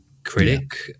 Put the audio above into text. critic